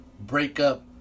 breakup